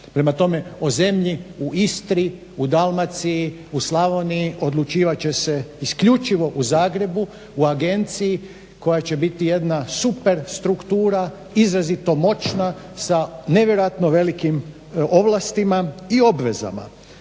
Prema tome, o zemlji u Istri, u Dalmaciji, u Slavoniji odlučivat će se isključivo u Zagrebu u agenciji koja će biti jedna super struktura izrazito moćna sa nevjerojatno velikim ovlastima i obvezama.